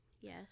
Yes